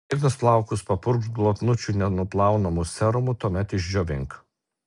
drėgnus plaukus papurkšk glotninančiu nenuplaunamu serumu tuomet išdžiovink